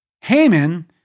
Haman